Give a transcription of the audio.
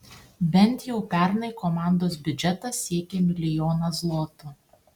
bent jau pernai komandos biudžetas siekė milijoną zlotų